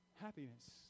happiness